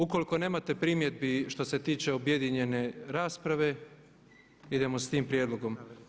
Ukoliko nemate primjedbi šta se tiče objedinjene rasprave idemo sa tim prijedlogom.